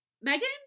Megan